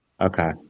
Okay